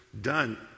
done